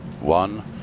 one